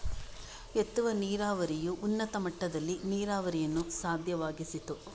ಎತ್ತುವ ನೀರಾವರಿಯು ಉನ್ನತ ಮಟ್ಟದಲ್ಲಿ ನೀರಾವರಿಯನ್ನು ಸಾಧ್ಯವಾಗಿಸಿತು